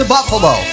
Buffalo